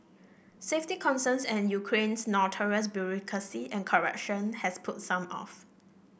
safety concerns and Ukraine's notorious bureaucracy and corruption has put some off